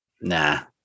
nah